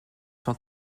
cent